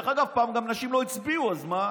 דרך אגב, פעם נשים לא הצביעו, אז מה?